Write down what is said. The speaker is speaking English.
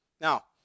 Now